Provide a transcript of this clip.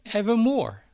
evermore